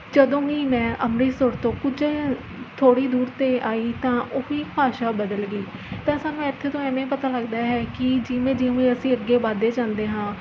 ਜਦੋਂ ਹੀ ਮੈਂ ਅੰਮ੍ਰਿਤਸਰ ਤੋਂ ਕੁਝ ਥੋੜ੍ਹੀ ਦੂਰ 'ਤੇ ਆਈ ਤਾਂ ਉਹ ਹੀ ਭਾਸ਼ਾ ਬਦਲ ਗਈ ਤਾਂ ਸਾਨੂੰ ਇੱਥੇ ਤੋਂ ਐਵੇਂ ਪਤਾ ਲੱਗਦਾ ਹੈ ਕਿ ਜਿਵੇਂ ਜਿਵੇਂ ਅਸੀਂ ਅੱਗੇ ਵੱਧਦੇ ਜਾਂਦੇ ਹਾਂ